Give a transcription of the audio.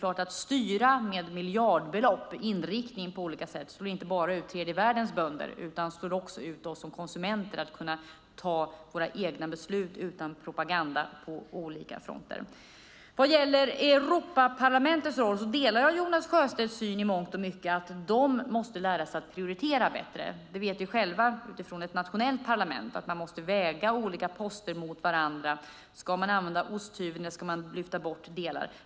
Att med miljardbelopp styra inriktningen på olika sätt slår inte bara mot tredje världens bönder utan också mot oss som konsumenter när det gäller att ta egna beslut utan propaganda på olika fronter. Vad gäller Europaparlamentets roll delar jag Jonas Sjöstedts syn i mångt och mycket. De måste lära sig att prioritera bättre. Vi vet själva från eget nationellt parlament att man måste väga olika poster mot varandra. Ska man använda osthyveln, eller ska man lyfta bort delar?